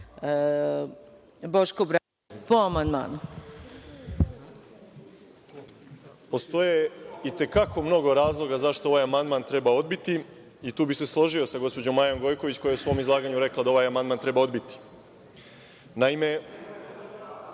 **Boško Obradović** Postoji i te kako mnogo razloga zašto ovaj amandman treba odbiti i tu bi se složio sa gospođom Majom Gojković, koja je u svom izlaganju rekla da ovaj amandman treba odbiti. Naime,